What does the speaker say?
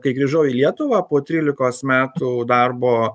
kai grįžau į lietuvą po trylikos metų darbo